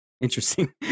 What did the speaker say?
interesting